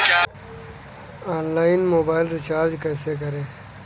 Online mobile recharge कैसे करें?